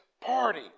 party